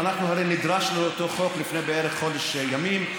ואנחנו הרי נדרשנו לאותו חוק לפני בערך חודש ימים,